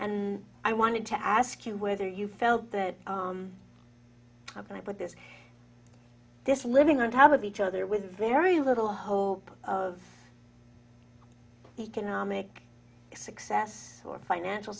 and i wanted to ask you whether you felt that i put this this living on top of each other with very little hope of economic success or financial